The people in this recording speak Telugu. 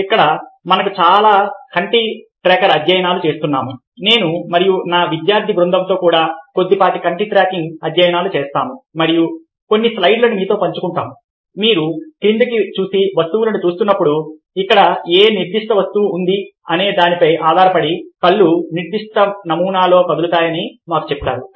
ఇప్పుడు మనకు చాలా కంటి ట్రాకర్ అధ్యయనాలు చేస్తున్నాము నేను మరియు నా విద్యార్థి బృందంతో కూడా కొద్దిపాటి కంటి ట్రాకింగ్ అధ్యయనాలు చేస్తాము మరియు కొన్ని స్లయిడ్లను మీతో పంచుకుంటాము మీరు క్రిందికి చూసి వస్తువులను చూస్తున్నప్పుడు ఇక్కడ ఏ నిర్దిష్ట వస్తువు ఉంది అనేదానిపై ఆధారపడి కళ్ళు నిర్దిష్ట నమూనాలో కదులుతాయని మాకు చెప్తారు